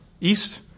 east